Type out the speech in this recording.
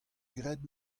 graet